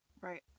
Right